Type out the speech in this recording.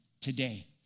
today